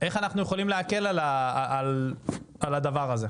איך אנחנו יכולים להקל את הדבר הזה?